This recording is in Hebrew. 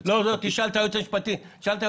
לא, לא, תשאל את היועץ המשפטי לממשלה.